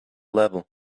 level